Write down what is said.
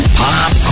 pop